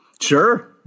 Sure